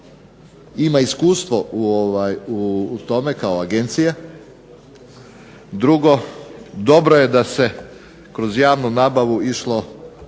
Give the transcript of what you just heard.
ima iskustvo u tome kao agencije. Drugo dobro je da se kroz javnu nabavu išlo